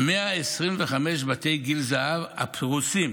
125 בתי גיל הזהב הפרוסים